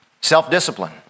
self-discipline